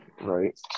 right